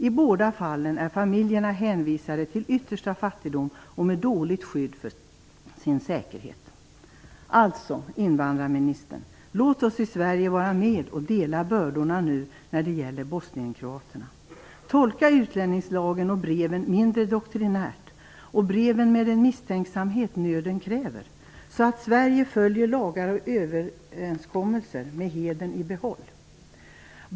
I båda fallen är familjerna hänvisade till yttersta fattigdom och får dåligt skydd för sin säkerhet. Alltså, invandrarministern, låt oss i Sverige vara med och dela bördorna när det gäller bosnienkroaterna! Tolka utlänningslagen och breven mindre doktrinärt och breven med den misstänksamhet nöden kräver, så att Sverige följer lagar och överenskommelser med hedern i behåll!